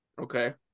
Okay